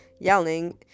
Yelling